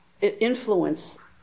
influence